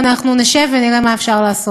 ואנחנו נשב ונראה מה אפשר לעשות.